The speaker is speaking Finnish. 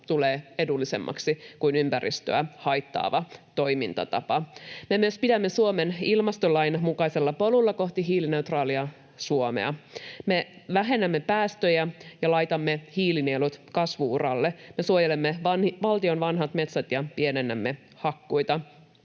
tulee edullisemmaksi kuin ympäristöä haittaava toimintatapa. Me myös pidämme Suomen ilmastolain mukaisella polulla kohti hiilineutraalia Suomea. Me vähennämme päästöjä ja laitamme hiilinielut kasvu-uralle. Me suojelemme valtion vanhat metsät ja pienennämme hakkuita.